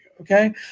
okay